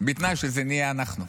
בתנאי שזה נהיה אנחנו.